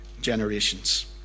generations